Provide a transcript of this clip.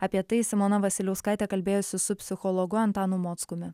apie tai simona vasiliauskaitė kalbėjosi su psichologu antanu mockumi